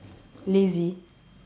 lazy